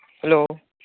hello